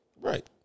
Right